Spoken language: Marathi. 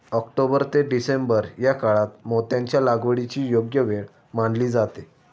ऑक्टोबर ते डिसेंबर या काळात मोत्यांच्या लागवडीची योग्य वेळ मानली जाते